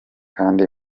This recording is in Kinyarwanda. kandi